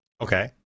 Okay